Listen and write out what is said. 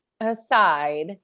aside